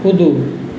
कुदू